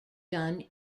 done